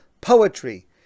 poetry